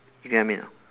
you get what I mean not